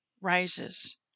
rises